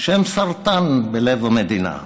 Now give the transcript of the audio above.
שהם סרטן בלב המדינה,